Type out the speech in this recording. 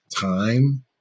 time